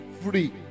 free